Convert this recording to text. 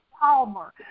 Palmer